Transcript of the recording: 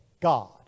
God